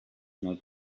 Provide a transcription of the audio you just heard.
not